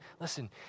listen